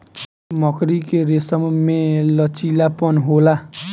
मकड़ी के रेसम में लचीलापन होला